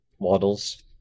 models